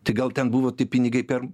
tai gal ten buvo tie pinigai per